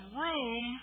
room